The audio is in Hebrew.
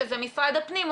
שזה משרד הפנים,